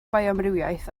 bioamrywiaeth